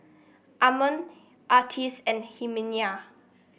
Amon Artis and Herminia